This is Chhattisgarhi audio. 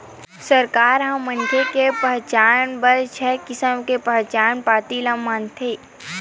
सरकार ह मनखे के पहचान बर छय किसम के पहचान पाती ल मानथे